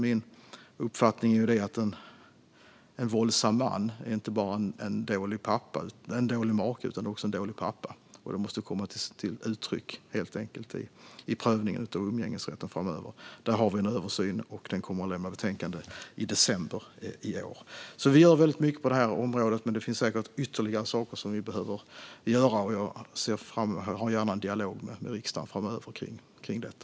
Min uppfattning är att en våldsam man är inte bara en dålig make utan också en dålig pappa, och det måste i framtiden komma till uttryck i prövningen av umgängesrätten. Där sker en översyn, och ett betänkande ska läggas fram i december i år. Vi gör mycket på området, men det finns säkert ytterligare saker som vi behöver göra. Och jag för gärna en dialog med riksdagen i framtiden om detta.